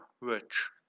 rich